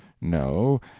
no